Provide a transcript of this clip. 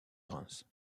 reims